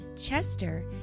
Chester